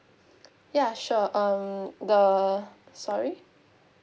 ya sure um the sorry